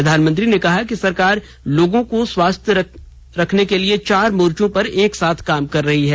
प्रधानमंत्री ने कहा कि सरकार लोगों को स्वस्थ रखने के लिए चार मोर्चों पर एक साथ काम कर रही है